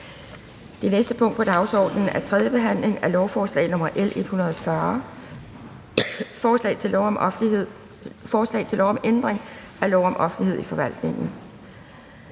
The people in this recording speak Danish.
Det næste punkt på dagsordenen er: 16) 3. behandling af lovforslag nr. L 178: Forslag til lov om ændring af lov om leje af almene